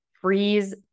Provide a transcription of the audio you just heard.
freeze